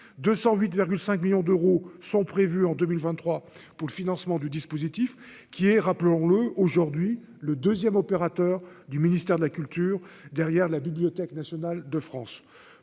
208,5 millions d'euros sont prévus en 2023 pour le financement du dispositif qui est, rappelons-le, aujourd'hui, le 2ème, opérateur du ministère de la culture, derrière la Bibliothèque nationale de France,